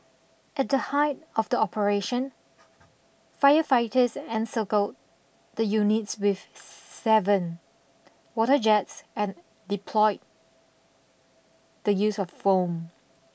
at the height of the operation firefighters encircled the units with seven water jets and deployed the use of foam